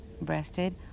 Breasted